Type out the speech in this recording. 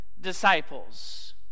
disciples